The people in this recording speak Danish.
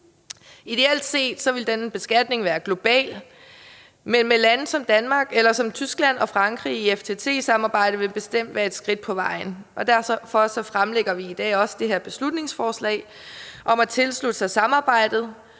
Ideelt set ville denne beskatning være global, men med lande som Danmark, Tyskland og Frankrig som deltagere i FTT-samarbejdet vil det bestemt være et skridt på vejen. Derfor fremlægger vi også i dag det her beslutningsforslag om at tilslutte sig samarbejdet,